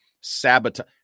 sabotage